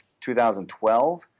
2012